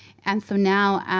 and so, now,